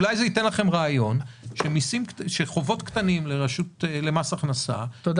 אולי זה ייתן לכם רעיון שחובות קטנים למס הכנסה יוטל